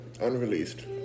unreleased